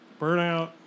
Burnout